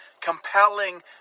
compelling